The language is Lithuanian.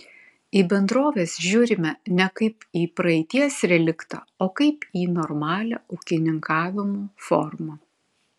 į bendroves žiūrime ne kaip į praeities reliktą o kaip į normalią ūkininkavimo formą